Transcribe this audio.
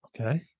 Okay